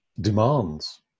demands